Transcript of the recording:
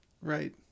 Right